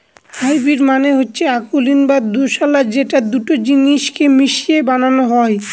hybrid মানে হচ্ছে অকুলীন বা দোঁশলা যেটা দুটো জিনিস কে মিশিয়ে বানানো হয়